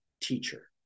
teacher